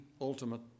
ultimate